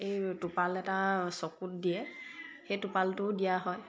এই টোপাল এটা চকুত দিয়ে সেই টোপালটোও দিয়া হয়